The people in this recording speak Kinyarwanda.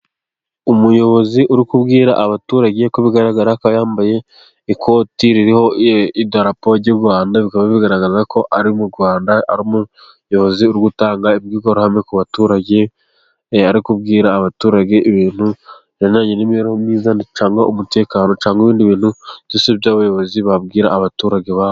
Umuyobozi uri kubwira abaturage kuko bigaragara ko yambaye ikoti ririho idarapo ry'u Rwanda, bikaba bigaragaza ko ari mu Rwanda, ari umuyobozi uri gutanga imbwirwahame ku baturage. Ari kubwira abaturage ibintu bigendanye n'imibereho myiza cyangwa umutekano, cyangwa ibindi bintu, mbese ibyo abayobozi babwira abaturage babo.